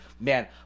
man